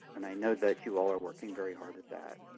and i know that you all are working very hard at that.